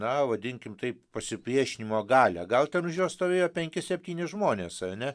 na vadinkim taip pasipriešinimo galią gal ten už jo stovėjo penki septyni žmonės ar ne